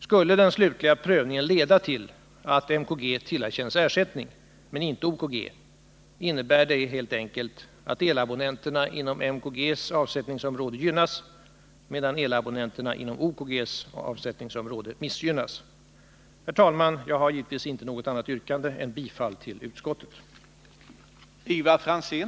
Skulle den slutliga prövningen leda till att MKG tillerkännes ersättning men inte OKG, innebär det helt enkelt att elabonnenterna inom MKG:s avsättningsområde gynnas, medan elabonnenterna inom OKG:s avsättningsområde missgynnas. Herr talman! Jag har givetvis inte något annat yrkande än bifali till utskottets hemställan.